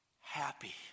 happy